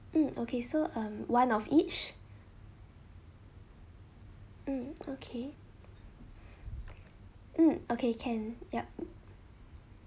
mm okay so um one of each mm okay mm okay can yup